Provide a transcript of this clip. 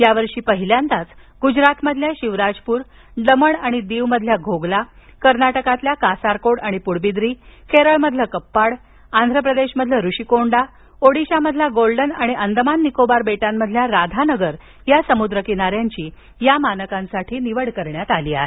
या वर्षी पहिल्यांदाच गुजरातमधल्या शिवराजपूर दमण आणि दिव मधल्या घोघला कार्नाटकातल्या कासारकोड आणि पुडबिद्री केरळ मधील कप्पाड आंध्र प्रदेश मधील रुशिकोंडा ओडिशा मधील गोल्डन आणि अंदमान निकोबार बेटांमधील राधानगर या समुद्र किनार्यांची या मानकासाठी निवड करण्यात आली आहे